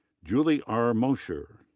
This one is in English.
julie r. mosher.